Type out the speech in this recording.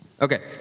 Okay